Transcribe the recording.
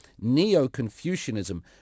neo-confucianism